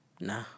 Nah